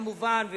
כמובן,